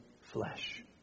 flesh